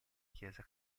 chiesa